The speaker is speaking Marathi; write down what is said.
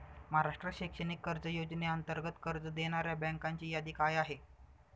महाराष्ट्र शैक्षणिक कर्ज योजनेअंतर्गत कर्ज देणाऱ्या बँकांची यादी काय आहे?